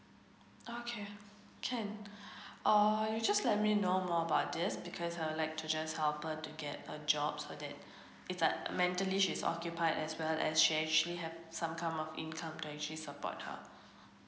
oh okay can orh you just let me know more about this because I would like to just help her to get a job so that it's like mentally she's occupied as well as she actually have some kind of income to actually support her